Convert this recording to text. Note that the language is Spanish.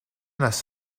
las